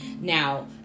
Now